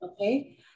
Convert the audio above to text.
Okay